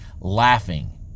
laughing